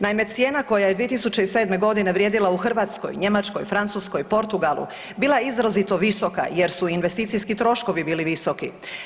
Naime, cijena koja je 2007. godine vrijedila u Hrvatskoj, Njemačkoj, Francuskoj, Portugalu bila je izrazito visoka jer su investicijski troškovi bili visoki.